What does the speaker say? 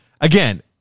again